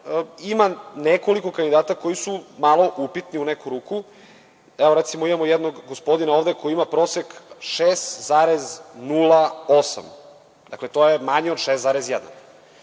ima nekoliko kandidata koji su malo upitni u neku ruku. Evo, imamo recimo jednog gospodina ovde koji ima prosek 6,08, dakle, to je manje od 6,1.